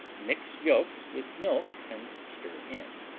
mix yolks with milk and stir in.